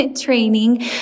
training